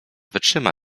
wytrzyma